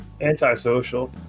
Antisocial